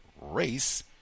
race